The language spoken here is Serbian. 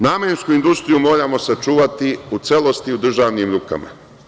Namensku industriju moramo sačuvati u celosti u državnim rukama.